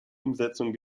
umsetzung